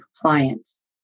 compliance